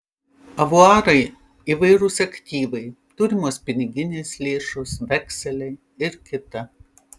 avuarai įvairūs aktyvai turimos piniginės lėšos vekseliai ir kita